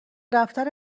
رفتن